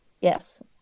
Yes